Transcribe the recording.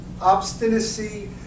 obstinacy